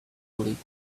leaks